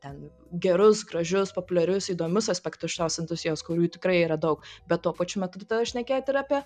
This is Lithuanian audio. ten gerus gražius populiarius įdomius aspektus šitos industrijos kurių tikrai yra daug bet tuo pačiu metu tada šnekėti ir apie